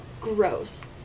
gross